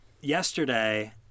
yesterday